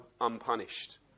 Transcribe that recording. unpunished